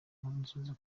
nkurunziza